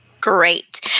Great